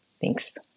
Thanks